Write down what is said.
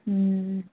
ہوں